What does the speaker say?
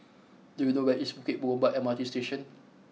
do you know where is Bukit Gombak M R T Station